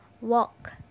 Walk